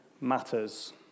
matters